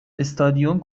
استادیوم